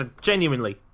Genuinely